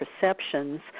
perceptions